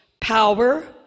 power